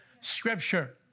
Scripture